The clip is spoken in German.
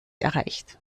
erreicht